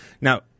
Now